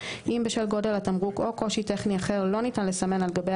אם בשל גודל התמרוק או קושי טכני אחר לא ניתן לסמן על גבי